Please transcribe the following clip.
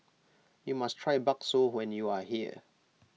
you must try Bakso when you are here